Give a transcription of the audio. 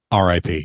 RIP